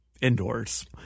indoors